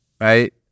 right